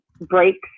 breaks